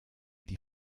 die